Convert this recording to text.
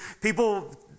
people